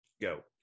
Go